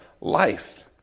life